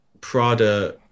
Prada